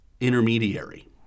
intermediary